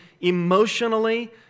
emotionally